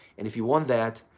and if you want that,